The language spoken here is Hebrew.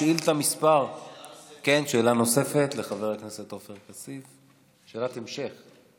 שאלה נוספת לחבר הכנסת עופר כסיף, שאלת המשך.